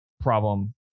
problem